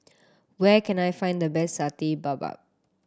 where can I find the best Satay Babat